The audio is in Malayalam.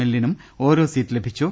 എല്പിനും ഓരോ സീറ്റ് ലഭിച്ചു